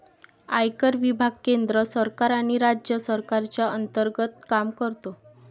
आयकर विभाग केंद्र सरकार आणि राज्य सरकारच्या अंतर्गत काम करतो